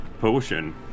potion